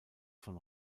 von